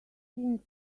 thing